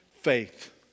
faith